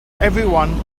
everyone